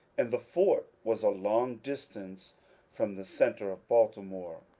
and the fort was a long distance from the centre of baltimore,